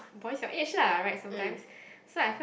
mm